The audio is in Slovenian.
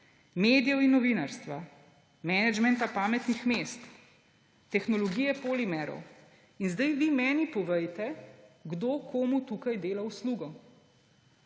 medijev in novinarstva, menedžmenta pametnih mest, tehnologije polimerov. In zdaj vi meni povejte, kdo komu tukaj dela uslugo?